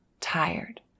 tired